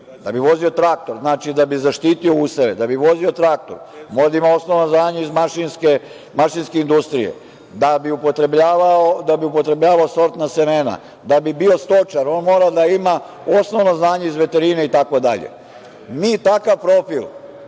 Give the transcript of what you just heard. da bi vozio traktor, da bi zaštitio useve, da bi vozio traktor mora da ima osnovna znanja iz mašinske industrije. Da bi upotrebljavao sortna semena, da bi bio stočar, on mora da ima osnovna znanja iz veterine itd. Mi takav profil